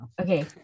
Okay